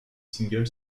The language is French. single